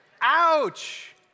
Ouch